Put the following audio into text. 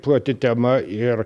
plati tema ir